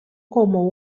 como